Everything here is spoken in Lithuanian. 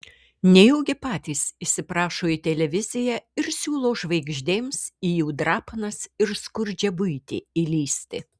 nejaugi patys įsiprašo į televiziją ir siūlo žvaigždėms į jų drapanas ir skurdžią buitį įlįsti